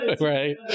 right